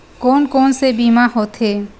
कोन कोन से बीमा होथे?